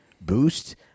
boost